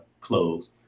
close